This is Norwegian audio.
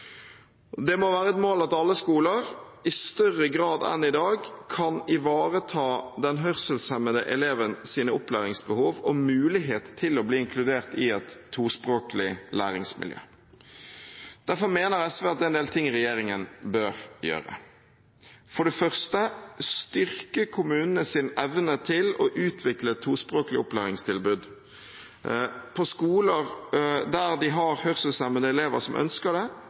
Det må være et mål at alle skoler i større grad enn i dag kan ivareta den hørselshemmede elevens opplæringsbehov og mulighet til å bli inkludert i et tospråklig læringsmiljø. Derfor mener SV at det er en del ting regjeringen bør gjøre – for det første å styrke kommunenes evne til å utvikle et tospråklig opplæringstilbud på skoler der de har hørselshemmede elever som ønsker